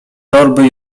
torby